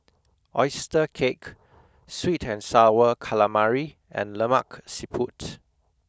Oyster Cake Sweet and Sour Calamari and Lemak Siput